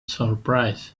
surprised